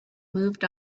moved